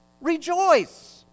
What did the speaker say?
Rejoice